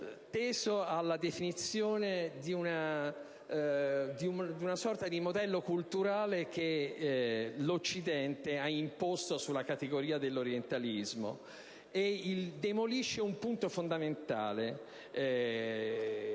teso alla definizione del modello culturale che l'Occidente ha imposto sulla categoria dell'orientalismo e ha demolito un punto fondamentale